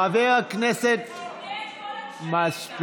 חבר הכנסת, שתמנה גם את כל הכשלים, מספיק.